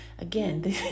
Again